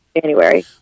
January